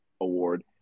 Award